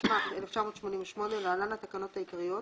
התשמ"ח-1988 (להלן, התקנות העיקריות),